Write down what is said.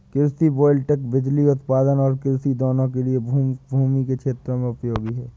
कृषि वोल्टेइक बिजली उत्पादन और कृषि दोनों के लिए भूमि के क्षेत्रों में उपयोगी है